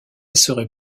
serait